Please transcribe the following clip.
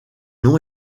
non